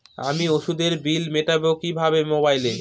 আমি ওষুধের বিল মেটাব কিভাবে মোবাইলে?